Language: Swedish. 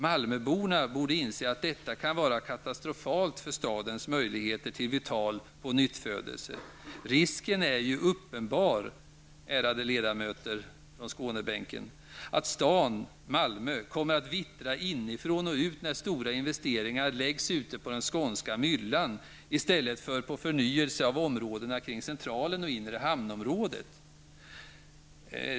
Malmöborna borde inse att detta kan vara katastrofalt för stadens möjligheter till vital pånyttfödelse. Risken är ju uppenbar, ärade ledamöter på Skånebänken -- att staden kommer att vittra inifrån och ut när stora investeringar läggs ute på den skånska myllan i stället för på förnyelse av områdena kring centralen och inre hamnområdet.